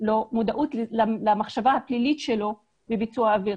לו מודעות למחשבה הפלילית שלו לביצוע העבירה.